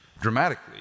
dramatically